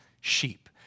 sheep